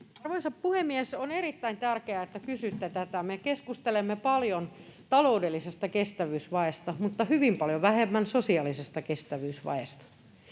Arvoisa puhemies! On erittäin tärkeää, että kysytte tätä. Me keskustelemme paljon taloudellisesta kestävyysvajeesta mutta hyvin paljon vähemmän sosiaalisesta kestävyysvajeesta.